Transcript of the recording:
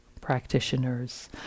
practitioners